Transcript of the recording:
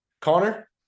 Connor